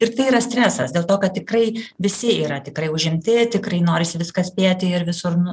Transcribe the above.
ir tai yra stresas dėl to kad tikrai visi yra tikrai užimti tikrai norisi viską spėti ir visur nu